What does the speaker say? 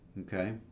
Okay